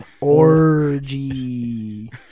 Orgy